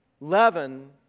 leaven